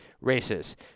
races